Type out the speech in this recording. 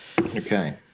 Okay